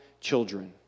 children